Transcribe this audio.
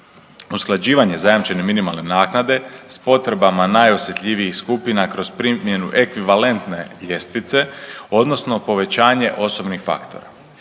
usklađivanje zajamčene minimalne naknade s potrebama najosjetljivijih skupina kroz primjenu ekvivalentne ljestvice, odnosno povećanje osobnih faktora.